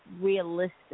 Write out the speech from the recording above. realistic